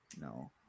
No